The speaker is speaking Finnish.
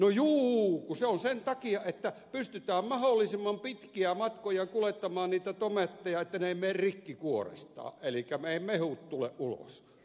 no juu se on sen takia että pystytään mahdollisimman pitkiä matkoja kuljettamaan niitä tomaatteja etteivät ne mene rikki kuorestaan elikkä eivät mehut tule ulos